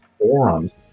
forums